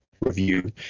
review